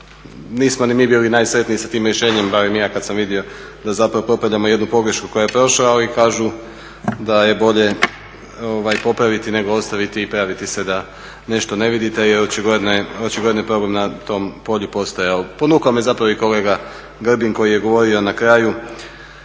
Nismo ni mi bili najsretniji sa tim rješenjem, barem ja kad sam vidio da zapravo popravljamo jednu pogrešku koja je prošla. Ali kažu da je bolje popraviti, nego ostaviti i praviti se da nešto ne vidite. Jer očigledno je problem na tom polju postojao. Ponukao me zapravo i kolega Grbin koji je govorio na kraju